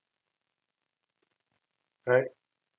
right